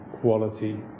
quality